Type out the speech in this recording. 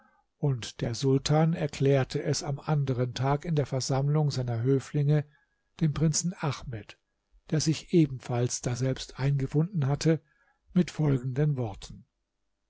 und der sultan erklärte es am anderen tag in der versammlung seiner höflinge dem prinzen ahmed der sich ebenfalls daselbst eingefunden hatte mit folgenden worten